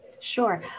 Sure